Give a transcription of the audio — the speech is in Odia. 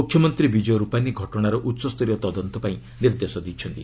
ମୁଖ୍ୟମନ୍ତ୍ରୀ ବିଜୟ ରୁପାନୀ ଘଟଣାର ଉଚ୍ଚସ୍ତରୀୟ ତଦନ୍ତ ପାଇଁ ନିର୍ଦ୍ଦେଶ ଦେଇଛନ୍ତି